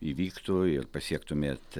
įvyktų ir pasiektumėt